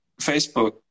Facebook